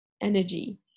energy